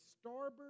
starboard